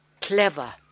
clever